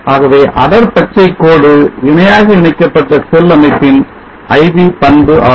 ஆகவே அடர்பச்சை கோடு இணையாக இணைக்கப்பட்ட செல் அமைப்பின் IV பண்பு ஆகும்